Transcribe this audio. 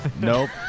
Nope